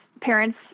parents